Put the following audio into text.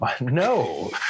no